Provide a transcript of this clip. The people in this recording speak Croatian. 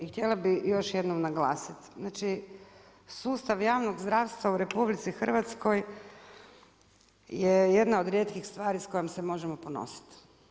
I htjela bih još jednom naglasiti, znači sustav javnog zdravstva u RH je jedna od rijetkih stvari s kojom se možemo ponositi.